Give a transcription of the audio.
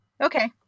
Okay